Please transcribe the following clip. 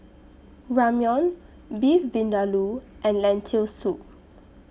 Ramyeon Beef Vindaloo and Lentil Soup